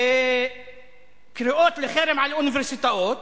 קריאות לחרם על אוניברסיטאות